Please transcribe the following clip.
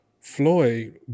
Floyd